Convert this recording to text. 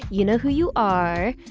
you know who you are.